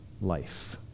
life